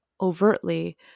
overtly